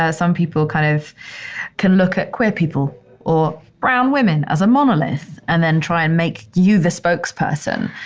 ah some people kind of can look at queer people or brown women as a monolith and then try and make you the spokesperson,